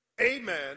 amen